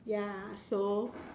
ya so